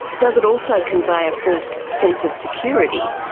does it also convey a false sense of security?